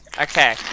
Okay